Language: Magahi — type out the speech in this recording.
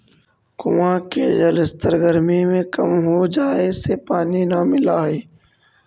कुआँ के जलस्तर गरमी में कम हो जाए से पानी न मिलऽ हई